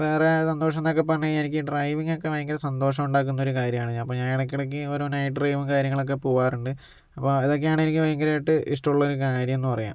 വേറെ സന്തോഷമെന്നൊക്കെ പറഞ്ഞ് കഴിഞ്ഞാൽ എനിക്ക് ഡ്രൈവിങ്ങൊക്കെ എനിക്ക് ഭയങ്കര സന്തോഷം ഉണ്ടാക്കുന്ന ഒരു കാര്യമാണ് അപ്പോൾ ഞാൻ ഇടക്കിടക്ക് ഓരോ നൈറ്റ് ഡ്രൈവും കാര്യങ്ങളൊക്കെ പോകാറുണ്ട് അപ്പം അതൊക്കെയാണ് എനിക്ക് ഭയങ്കരായിട്ട് ഇഷ്ടമുള്ള ഒരു കാര്യമെന്ന് പറയാം